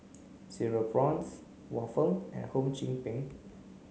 cereal prawns waffle and Hum Chim Peng